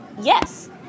yes